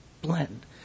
blend